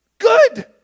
good